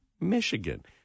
Michigan